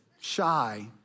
shy